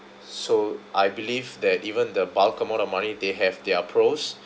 so I believe that even the bulk amount of money they have their pros